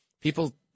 People